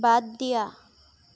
বাদ দিয়া